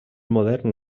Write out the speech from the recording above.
modern